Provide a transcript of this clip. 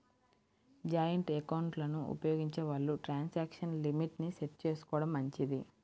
joint ఎకౌంట్లను ఉపయోగించే వాళ్ళు ట్రాన్సాక్షన్ లిమిట్ ని సెట్ చేసుకోడం మంచిది